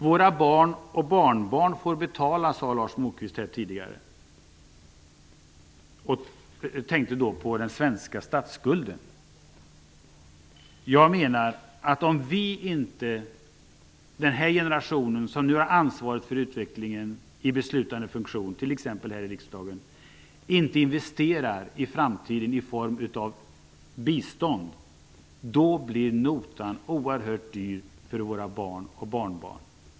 Våra barn och barnbarn får betala, sade Lars Moquist tidigare. Jag tänkte då på den svenska statsskulden. Notan blir oerhört hög för våra barn och barnbarn om vi som nu har ansvar för utvecklingen, t.ex. här i riksdagen, inte investerar i framtiden i form av bistånd. Jag har själv barnbarn.